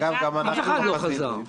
אגב, גם אנחנו לא חזינו.